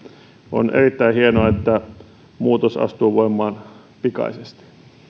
on erittäin hienoa että muutos astuu voimaan pikaisesti